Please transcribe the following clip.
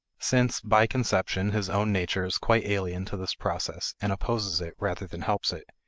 since, by conception, his own nature is quite alien to this process and opposes it rather than helps it,